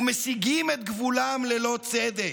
משיגים את גבולם ללא צדק".